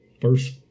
first